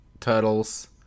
Turtles